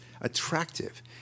attractive